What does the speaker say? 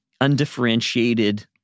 undifferentiated